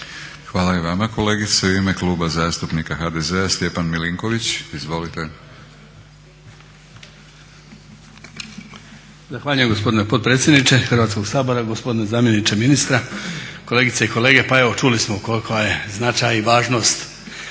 Hvala i vama kolegice. U ime Kluba zastupnika HDZ-a Stjepan MIlinković. Izvolite. **Milinković, Stjepan (HDZ)** Zahvaljujem gospodine potpredsjedniče Hrvatskog sabora. Gospodine zamjeniče ministra, kolegice i kolege. Pa evo čuli smo koliko je značaj i važnost